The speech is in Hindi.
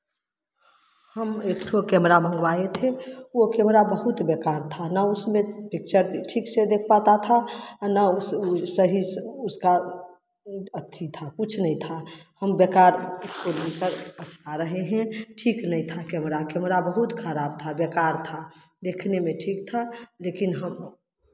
हम एक ठो कैमरा मंगवाये थे वो कैमरा बहुत बेकार था ना उसमें पिक्चर भी ठीक से देख पाता था ना उसमें सही से उसका अथि था कुछ नहीं था हम बेकार उसको लेकर पछता रहे हैं ठीक नहीं था कैमरा कैमरा बहुत खराब था बेकार था देखने में ठीक था लेकिन हम